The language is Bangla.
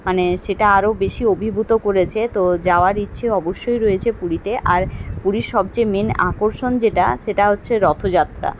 মানে সেটা আরো বেশি অভিভূত করেছে তো যাওয়ার ইচ্ছে অবশ্যই রয়েছে পুরীতে আর পুরীর সবচেয়ে মেন আকর্ষণ যেটা সেটা হচ্ছে রথযাত্রা